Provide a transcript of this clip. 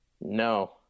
No